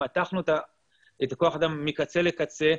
מתחנו את כוח האדם מקצה לקצה.